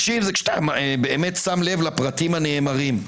מקשיב זה כשאתה באמת שם לב לפרטים הנאמרים.